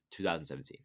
2017